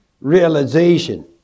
realization